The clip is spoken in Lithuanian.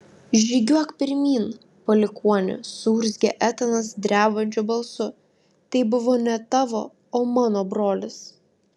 žygiuok pirmyn palikuoni suurzgė etanas drebančiu balsu tai buvo ne tavo o mano brolis